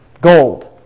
gold